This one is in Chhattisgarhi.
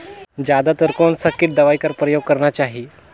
जादा तर कोन स किट दवाई कर प्रयोग करना चाही?